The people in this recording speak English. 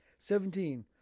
seventeen